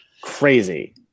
crazy